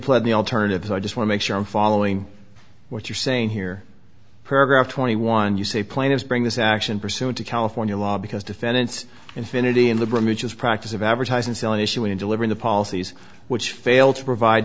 played the alternatives i just want make sure i'm following what you're saying here paragraph twenty one you say plaintiffs bring this action pursuant to california law because defendants infiniti in the bridges practice of advertising sell an issue in delivering the policies which fail to provide